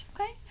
Okay